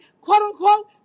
quote-unquote